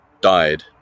died